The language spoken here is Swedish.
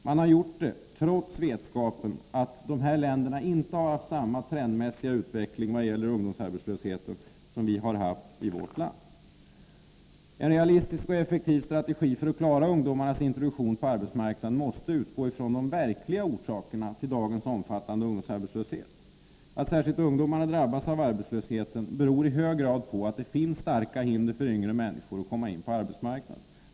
Man har gjort det trots vetskapen att dessa länder inte har haft samma trendmässiga utveckling vad det gäller ungdomsarbetslösheten som vi haft i vårt land. En realistisk och effektiv strategi för att klara ungdomarnas introduktion på arbetsmarknaden måste utgå ifrån de verkliga orsakerna till dagens omfattande ungdomsarbetslöshet. Att särskilt ungdomar drabbas av arbetslöshet beror i hög grad på att det finns starka hinder för yngre människor att komma in på arbetsmarknaden.